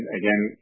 again